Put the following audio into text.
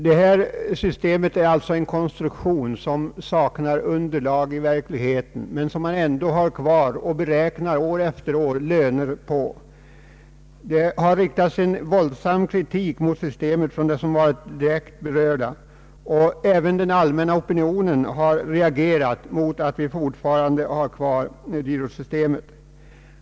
Som jag sade, saknar denna konstruktion underlag i verkligheten, men man har den kvar och beräknar lönerna efter den år efter år. Det har riktats en våldsam kritik mot systemet från dem som varit berörda, och även den allmänna opinionen har reagerat mot att vi fortfarande har det kvar.